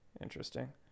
interesting